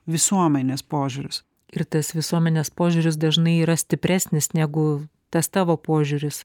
visuomenės požiūris ir tas visuomenės požiūris dažnai yra stipresnis negu tas tavo požiūris